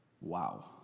Wow